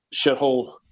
shithole